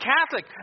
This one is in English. Catholic